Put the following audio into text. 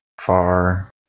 far